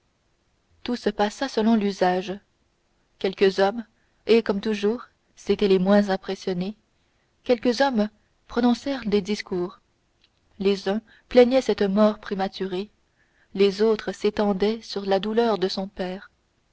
tout se passa selon l'usage quelques hommes et comme toujours c'étaient les moins impressionnés quelques hommes prononcèrent des discours les uns plaignaient cette mort prématurée les autres s'étendaient sur la douleur de son père